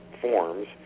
forms